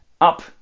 up